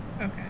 okay